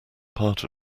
part